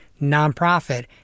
nonprofit